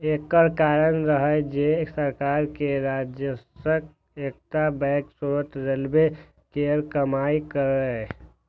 एकर कारण रहै जे सरकार के राजस्वक एकटा पैघ स्रोत रेलवे केर कमाइ रहै